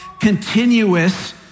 continuous